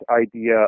idea